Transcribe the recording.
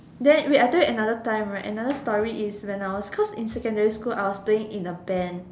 then wait I tell you another time right another story is when I was cause in secondary school I was playing in a band